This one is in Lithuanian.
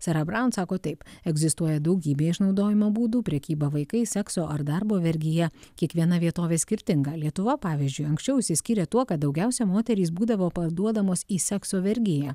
sara barun sako taip egzistuoja daugybė išnaudojimo būdų prekyba vaikais sekso ar darbo vergija kiekviena vietovė skirtinga lietuva pavyzdžiui anksčiau išsiskyrė tuo kad daugiausia moterys būdavo parduodamos į sekso vergiją